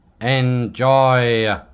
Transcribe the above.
enjoy